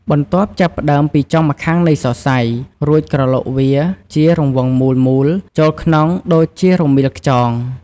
បន្ទាប់ចាប់ផ្តើមពីចុងម្ខាងនៃសរសៃ រួចក្រឡុកវាជារង្វង់មូលៗចូលក្នុងដូចជារមៀលខ្យង។